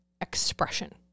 expression